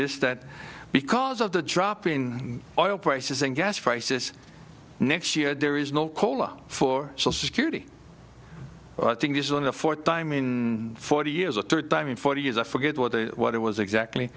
this that because of the drop in oil prices and gas prices next year there is no cola for security in this one the fourth time in forty years a third time in forty years i forget what the what it was exactly